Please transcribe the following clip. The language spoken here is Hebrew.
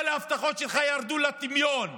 כל ההבטחות שלך ירדו לטמיון.